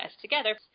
together